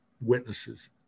witnesses